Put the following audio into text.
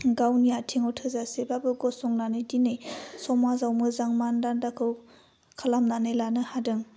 गावनि आथिङाव थोजासेबाबो गसंनानै दिनै समाजआव मोजां मान दानदाखौ खालामनानै लानो हादों